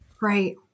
Right